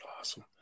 Awesome